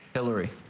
hillary.